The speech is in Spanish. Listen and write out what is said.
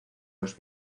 los